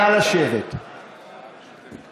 חבר הכנסת קרעי,